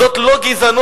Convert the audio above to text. זאת לא גזענות,